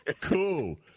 Cool